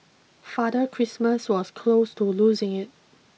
Father Christmas was close to losing it